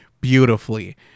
beautifully